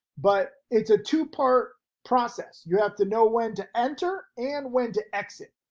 but it's a two part process. you have to know when to enter and when to exit,